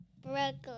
Brooklyn